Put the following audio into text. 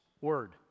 word